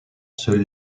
seuls